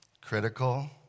Critical